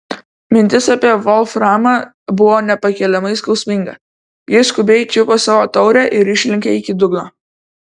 mintis apie volframą buvo nepakeliamai skausminga ji skubiai čiupo savo taurę ir išlenkė iki dugno